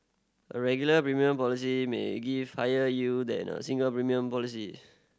a regular premium policy may give higher yield than a single premium policy